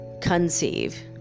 conceive